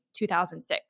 2006